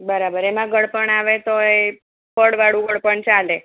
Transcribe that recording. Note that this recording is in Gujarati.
બરાબર એમાં ગળપણ આવે તોય ફળવાળું ગળપણ ચાલે